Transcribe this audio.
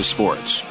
Sports